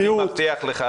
אני מבטיח לך,